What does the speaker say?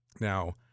Now